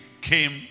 came